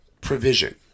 provision